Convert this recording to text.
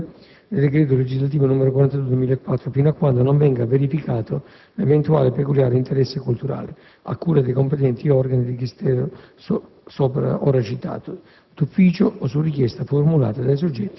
l'immobile è sottoposto alla disciplina normativa del decreto legislativo n. 42 del 2004 fino a quando non venga verificato l'eventuale peculiare interesse culturale, a cura dei competenti organi del Dicastero ora